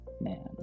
man